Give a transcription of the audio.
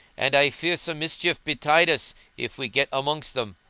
and i fear some mischief betide us if we get amongst them.